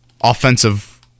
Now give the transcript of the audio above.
offensive